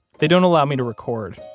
they don't allow me to record.